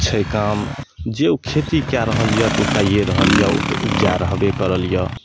छै काम जे ओ खेती कए रहल यऽ तऽ ओ कइये रहल यऽ तऽ उपजा रहबे करल यऽ